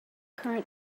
current